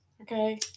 Okay